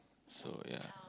so ya